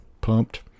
Pumped